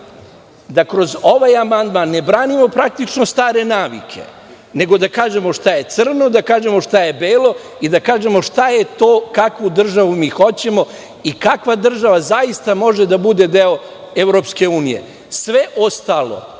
da kroz ovaj amandman ne branimo praktično stare navike, nego da kažemo šta je crno, da kažemo šta je belo i da kažemo šta je to kakvu državu mi hoćemo i kakva država zaista može da bude deo EU. Sve ostalo